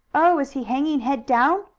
oh, is he hanging head down?